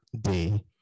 day